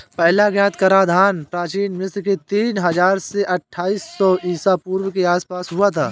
पहला ज्ञात कराधान प्राचीन मिस्र में तीन हजार से अट्ठाईस सौ ईसा पूर्व के आसपास हुआ था